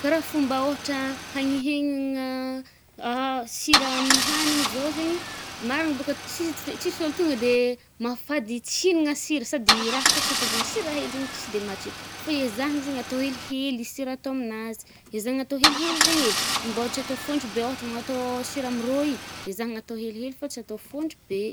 Kà raha fomba ôhatra hanihegna sira amin’ny hanigny zao zaigny i, marigny bôka tsi- tsy de tsisy olo tonga de mahafady tsinagna sira sady rahaha koà tsy ataovana sira hely zagny tsy de matsiro. Fô ezahagny zagny elihely i sira a-atao aminazy. Ezahagna atao helihely zagny eh, mbô tsy atao fôntro be ôhatra magnatô sira amy rô i, ezahagna atao helihely fa tsy atô fôntry be.